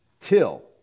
till